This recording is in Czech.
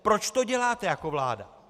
Proč to děláte jako vláda?